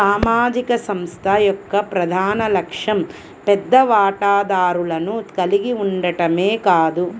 సామాజిక సంస్థ యొక్క ప్రధాన లక్ష్యం పెద్ద వాటాదారులను కలిగి ఉండటమే కాదు